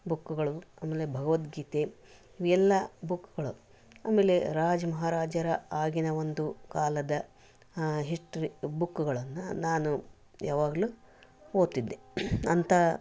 ಬುಕ್ಗಳು ಅಂದರೆ ಭಗವದ್ಗೀತೆ ಇವೆಲ್ಲ ಬುಕ್ಗಳು ಆಮೇಲೆ ರಾಜ ಮಹಾರಾಜರ ಆಗಿನ ಒಂದು ಕಾಲದ ಹಿಸ್ಟ್ರಿ ಬುಕ್ಗಳನ್ನು ನಾನು ಯಾವಾಗಲೂ ಓದ್ತಿದ್ದೆ ಅಂತ